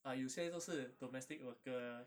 啊有些都是 domestic worker